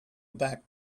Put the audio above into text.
back